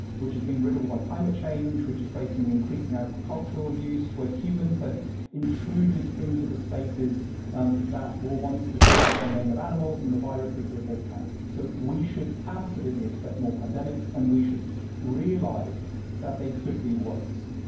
which has been riddled by climate change, which is facing increasing agricultural use, where humans have intruded into the spaces um that were once the domain of animals and the viruses that they carry. so we should absolutely expect more pandemics and we should realize that they could be worse.